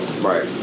Right